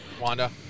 Wanda